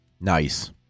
nice